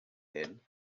hyn